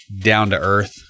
down-to-earth